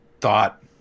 thought